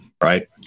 Right